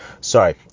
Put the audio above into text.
Sorry